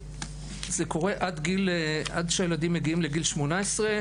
זה קורה עד שהילדים מגיעים לגיל 18,